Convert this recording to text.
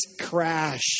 crash